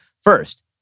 First